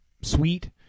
sweet